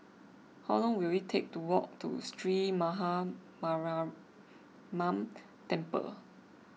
how long will it take to walk to Sree Maha Mariamman Temple